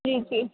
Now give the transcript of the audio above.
جی جی